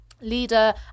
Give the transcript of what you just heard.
leader